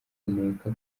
kuneka